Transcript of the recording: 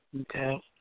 Okay